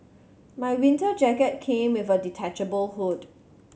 my winter jacket came with a detachable hood